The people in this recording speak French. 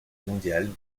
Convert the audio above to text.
mondiale